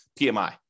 PMI